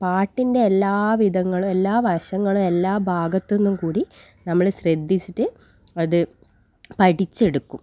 പാട്ടിൻ്റെ എല്ലാ വിധങ്ങളും എല്ലാ വശങ്ങളും എല്ലാ ഭാഗത്തുനിന്നും കൂടി നമ്മൾ ശ്രദ്ധിച്ചിട്ട് അത് പഠിച്ചെടുക്കും